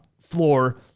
floor